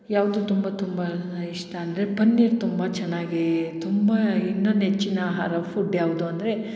ಯಾವುದು ತುಂಬ ತುಂಬ ಇಷ್ಟ ಅಂದರೆ ಪನ್ನೀರು ತುಂಬ ಚೆನ್ನಾಗಿ ತುಂಬ ಇನ್ನೂ ನೆಚ್ಚಿನ ಆಹಾರ ಫುಡ್ ಯಾವುದು ಅಂದರೆ